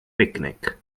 picnic